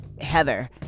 Heather